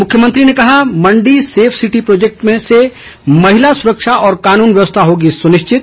मुख्यमंत्री ने कहा मंडी सेफ सिटी प्रोजैक्ट से महिला सुरक्षा और कानून व्यवस्था होगी सुनिश्चित